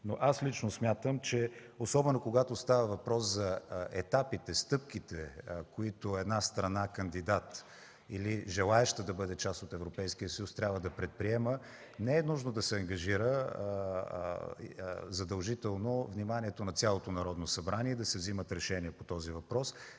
Но аз лично смятам, че особено когато става въпрос за етапите, стъпките, които една страна кандидат или желаеща да бъде част от Европейския съюз трябва да предприема, не е нужно да се ангажира задължително вниманието на цялото Народно събрание и да се вземат решения по този въпрос.